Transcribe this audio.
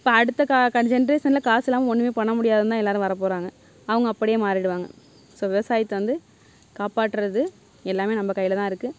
இப்போ அடுத்த ஜென்ரேஷனில் காசு இல்லாமல் ஒன்றுமே பண்ண முடியாதுன்னுதான் எல்லோரும் வரப்போகிறாங்க அவங்க அப்படியே மாறிவிடுவாங்க ஸோ விவசாயத்தை வந்து காப்பாற்றுறது எல்லாமே நம்ம கையில் தான் இருக்குது